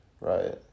right